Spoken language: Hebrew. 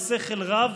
בשכל רב.